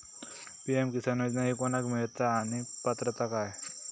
PM Kisan योजना ही कोणाक मिळता आणि पात्रता काय?